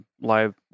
live